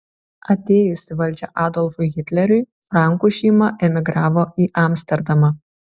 atėjus į valdžią adolfui hitleriui frankų šeima emigravo į amsterdamą